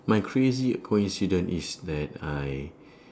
my crazy coincidence is that I